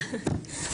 תודה.